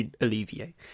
alleviate